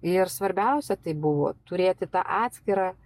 ir svarbiausia tai buvo turėti tą atskirą